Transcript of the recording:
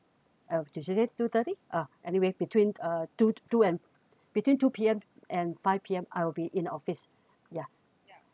two thirty ah anyway between uh two two and between two P_M and five P_M I will be in the office yeah